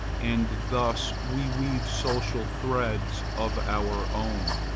and thus we weave social threads of our own,